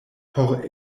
por